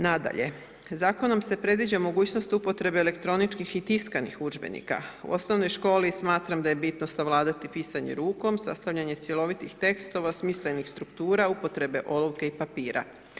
Nadalje, zakonom se predviđa mogućnost upotrebe elektroničkih i tiskanih udžbenika, u OŠ smatram da je bitno savladati pisanje rukom, sastavljanje cjelovitih tekstova, smislenih struktura, upotrebe olovke i papira.